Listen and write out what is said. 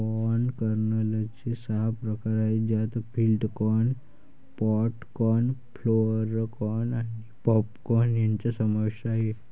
corn कर्नलचे सहा प्रकार आहेत ज्यात flint corn, pod corn, flour corn आणि पॉप कॉर्न यांचा समावेश आहे